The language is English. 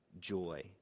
joy